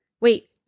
wait